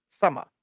summer